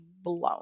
blown